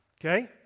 Okay